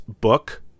book